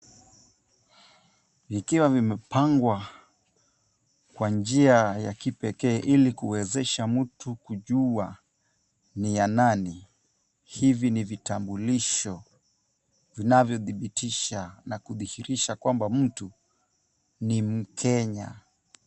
Vikiwa vimepangwa kwa njia ya kipekee, ili kuwezesha mtu kujua ni ya nani. Hivi ni vitambulisho vinavyodhibitisha na kudhihirisha kwamba mtu ni mkenya.